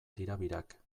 tirabirak